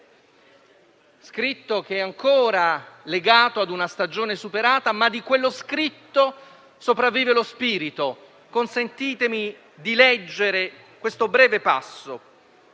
2007, che è ancora legato ad una stagione superata, ma di cui sopravvive lo spirito. Consentitemi di leggerne un breve passo: